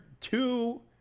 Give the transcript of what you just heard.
two